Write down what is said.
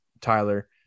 tyler